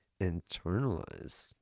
internalized